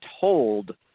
told